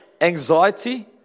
anxiety